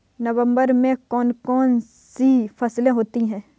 नवंबर में कौन कौन सी फसलें होती हैं?